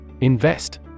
Invest